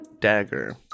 dagger